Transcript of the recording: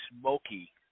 smoky